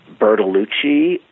Bertolucci